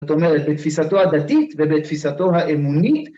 זאת אומרת, בתפיסתו הדתית ובתפיסתו האמונית